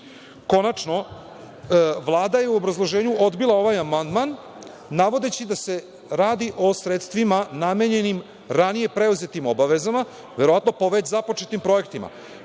vide. Konačno, Vlada je u obrazloženju odbila ovaj amandman navodeći da se radi o sredstvima namenjenim ranije preuzetim obavezama, verovatno po već započetim projektima.